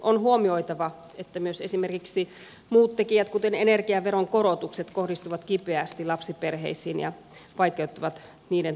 on huomioitava että myös esimerkiksi muut tekijät kuten energiaveron korotukset kohdistuvat kipeästi lapsiperheisiin ja vaikeuttavat niiden toimeentuloa